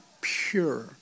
pure